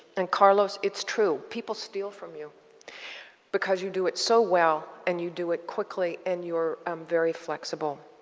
and, carlos, it's true, people steal from you because you do it so well and you do it quickly and you're um very flexible.